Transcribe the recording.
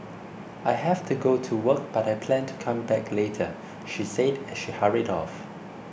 I have to go to work but I plan to come back later she said as she hurried off